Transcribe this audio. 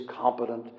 competent